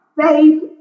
Faith